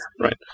Right